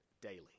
Daily